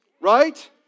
right